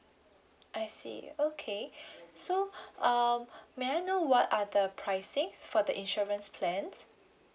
I see okay so um may I know what are the pricing for the insurance plans